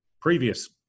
previous